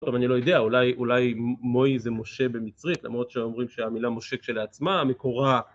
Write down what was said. טוב אני לא יודע אולי מואי זה משה במצרית, למרות שאומרים שהמילה משה כשלעצמה מקורה